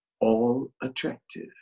all-attractive